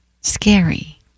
scary